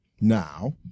Now